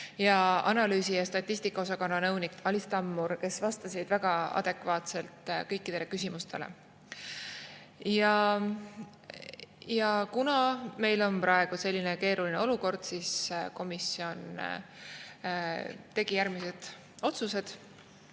analüüsi ja statistika osakonna nõunik Alis Tammur, kes vastasid adekvaatselt kõikidele küsimustele. Kuna meil on praegu selline keeruline olukord, siis komisjon tegi järgmised otsused.